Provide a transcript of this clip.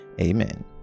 Amen